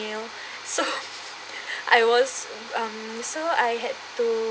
so I was um so I had to